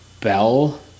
Bell